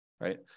right